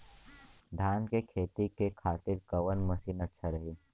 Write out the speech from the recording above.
धान के खेती के खातिर कवन मशीन अच्छा रही?